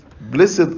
blessed